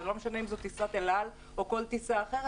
ואל משנה אם זו טיסת אל על או כל טיסה אחרת,